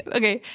okay,